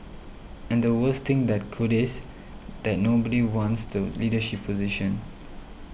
and the worst thing that could is that nobody wants the leadership position